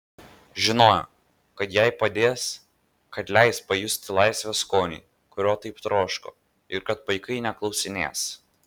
žinojo kad jai padės kad leis pajusti laisvės skonį kurio taip troško ir kad paikai neklausinės